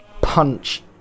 punch